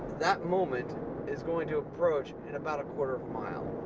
that moment is going to approach in about a quarter of a mile.